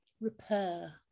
repair